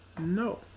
No